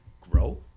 grow